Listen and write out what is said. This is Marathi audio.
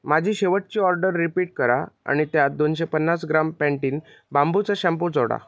माझी शेवटची ऑर्डर रिपीट करा आणि त्यात दोनशे पन्नास ग्राम पँटीन बांबूचा शॅम्पू जोडा